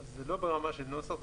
אז לא ברמה של נוסח.